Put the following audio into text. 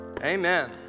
amen